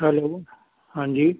hello ਹਾਂਜੀ